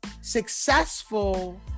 successful